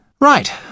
Right